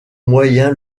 moyen